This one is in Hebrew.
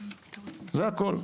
זה הכול.